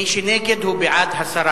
מי שנגד, הוא בעד הסרה